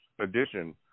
edition